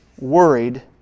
worried